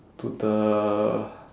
to the